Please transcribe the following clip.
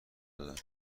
دادن